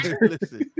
Listen